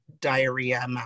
diarrhea